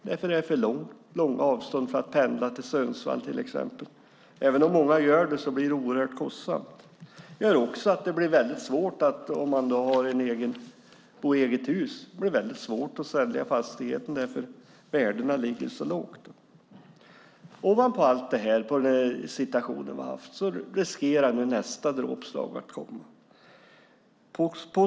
Det är för långa avstånd för att till exempel pendla till Sundsvall. Även om många gör det blir det oerhört kostsamt. Om man har eget hus gör det också att det blir väldigt svårt att sälja fastigheten eftersom värdena ligger så lågt. Ovanpå den situationen vi haft riskerar nu nästa dråpslag att komma.